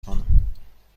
کنم